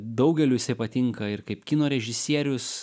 daugeliui jisai patinka ir kaip kino režisierius